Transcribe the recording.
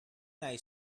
naj